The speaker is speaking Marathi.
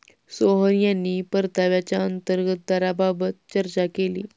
सोहन यांनी परताव्याच्या अंतर्गत दराबाबत चर्चा केली